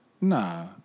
nah